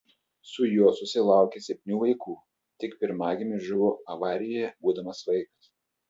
su juo susilaukė septynių vaikų tik pirmagimis žuvo avarijoje būdamas vaikas